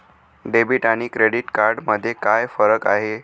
Debit आणि credit card मध्ये काय फरक आहे?